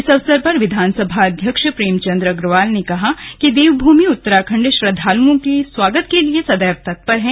इस अवसर पर विधानसभा अध्यक्ष प्रेमचंद अग्रवाल ने कहा कि देवभूमि उत्तराखंड श्रद्दालुओं के स्वागत के लिए सदैव तत्पर है